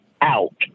out